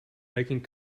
making